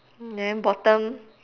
then bottom